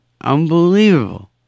unbelievable